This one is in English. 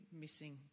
missing